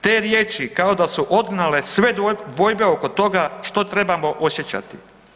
Te riječi kao da su odgnale sve dvojbe oko toga što trebamo osjećati.